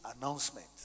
announcement